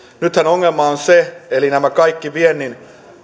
nythän ongelma on se että nämä kaikki viennin